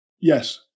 Yes